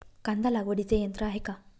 कांदा लागवडीचे यंत्र आहे का?